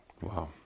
Wow